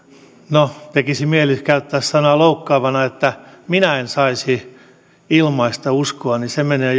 no tekisi mieli käyttää sanaa loukkaavana että minä en saisi ilmaista uskoani se menee